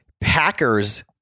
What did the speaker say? Packers